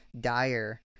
dire